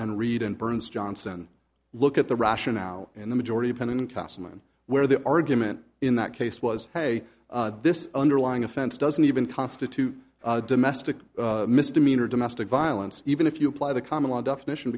and reid and burns johnson look at the rationale and the majority opinion cast on where the argument in that case was hey this underlying offense doesn't even constitute domestic misdemeanor domestic violence even if you apply the common law definition